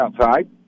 outside